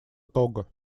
того